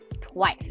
Twice